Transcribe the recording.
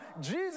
Jesus